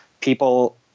people